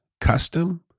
custom